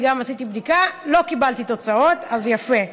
גם אני עשיתי בדיקה, לא קיבלתי תוצאות, אז יפה.